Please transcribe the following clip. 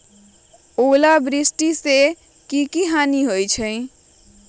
ओलावृष्टि से की की हानि होतै?